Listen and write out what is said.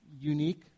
Unique